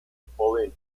napoleon